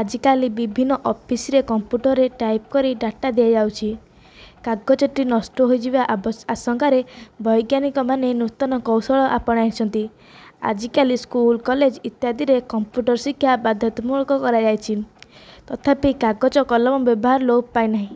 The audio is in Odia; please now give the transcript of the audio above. ଆଜିକାଲି ବିଭିନ୍ନ ଅଫିସରେ କମ୍ପୁଟରରେ ଟାଇପ୍ କରି ଡାଟା ଦିଆଯାଉଛି କାଗଜଟି ନଷ୍ଟ ହୋଇଯିବା ଆବ ଆଶଙ୍କାରେ ବୈଜ୍ଞାନିକମାନେ ନୂତନ କୌଶଳ ଆପଣାଇଛନ୍ତି ଆଜିକାଲି ସ୍କୁଲ କଲେଜ ଇତ୍ୟାଦିରେ କମ୍ପୁଟର ଶିକ୍ଷା ବାଧ୍ୟତାମୂଳକ କରାଯାଇଛି ତଥାପି କାଗଜ କଲମ ବ୍ୟବହାର ଲୋପ୍ ପାଇନାହିଁ